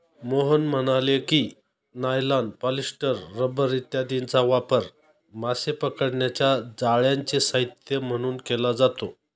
मोहन म्हणाले की, nylon, polyester, rubber इत्यादींचा वापर मासे पकडण्याच्या जाळ्यांचे साहित्य म्हणून केला जातो